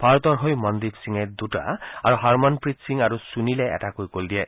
ভাৰতৰ হৈ মনদ্বীপ সিঙে দুটা আৰু হৰমনপ্ৰিট সিং আৰু সুনীলে এটাকৈ গল দিয়ে